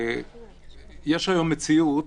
יש היום מציאות